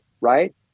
right